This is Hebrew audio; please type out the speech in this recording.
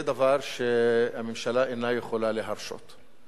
זה דבר שהממשלה אינה יכולה להרשות.